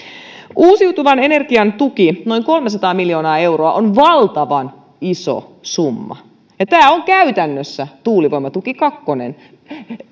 uusiutuvan energian tuki noin kolmesataa miljoonaa euroa on valtavan iso summa ja tämä on käytännössä tuulivoimatuki kakkonen